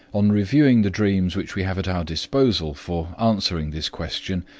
on reviewing the dreams which we have at our disposal for answering this question,